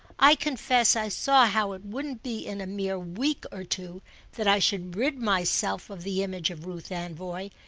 i confess i saw how it wouldn't be in a mere week or two that i should rid myself of the image of ruth anvoy,